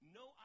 no